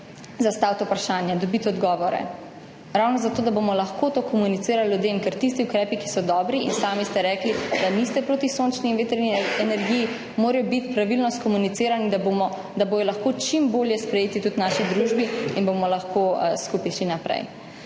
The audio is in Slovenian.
zastaviti vprašanja, dobiti odgovore, ravno zato, da bomo lahko to komunicirali ljudem, ker tisti ukrepi, ki so dobri, sami ste rekli, da niste proti sončni in vetrni energiji, morajo biti pravilno skomunicirani, da bodo lahko čim bolje sprejeti tudi v naši družbi in bomo lahko skupaj šli naprej.